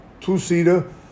two-seater